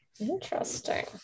interesting